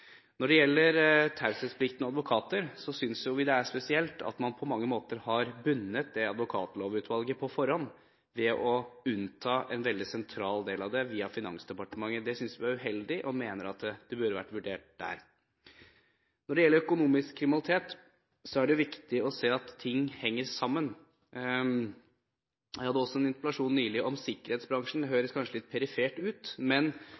Når det gjelder taushetsplikten og advokater, synes vi det er spesielt at man på mange måter har bundet advokatlovutvalget på forhånd ved å unnta en veldig sentral del av det via Finansdepartementet. Det synes vi er uheldig og mener at det burde vært vurdert der. Når det gjelder økonomisk kriminalitet, er det viktig å se at ting henger sammen. Jeg hadde også en interpellasjon nylig om sikkerhetsbransjen. Det høres kanskje litt perifert ut, men